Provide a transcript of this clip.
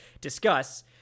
discuss